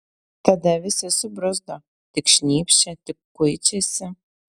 tada visi subruzdo tik šnypščia tik kuičiasi